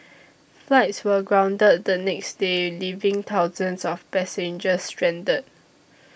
flights were grounded the next day leaving thousands of passengers stranded